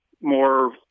more